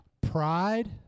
Pride